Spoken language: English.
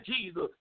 Jesus